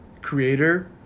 creator